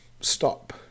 stop